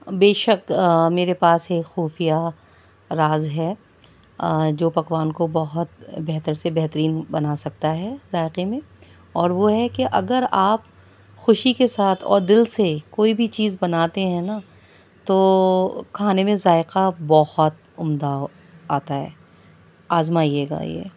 بے شک میرے پاس ایک خفیہ راز ہے جو پکوان کو بہت بہتر سے بہترین بنا سکتا ہے ذائقے میں اور وہ ہے کہ اگر آپ خوشی کے ساتھ اور دل سے کوئی بھی چیز بناتے ہیں نا تو کھانے میں ذائقہ بہت عمدہ آتا ہے آزمائیے گا یہ